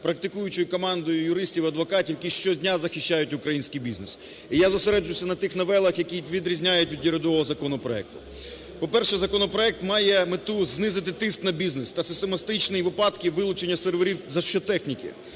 практикуючою командою юристів, адвокатів, які щодня захищають український бізнес. І я зосереджуся на тих новелах, які відрізняють його від урядового законопроекту. По-перше, законопроект має мету знизити тиск на бізнес та систематичні випадки вилучення серверів та техніки,